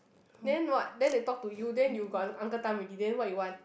then what then they talk to you then you got uncle time already then what you want